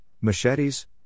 machetes